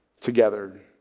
together